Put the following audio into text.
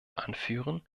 anführen